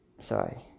Sorry